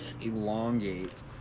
elongate